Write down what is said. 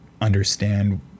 understand